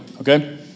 okay